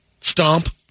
Stomp